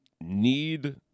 need